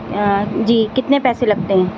جی کتنے پیسے لگتے ہیں